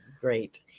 great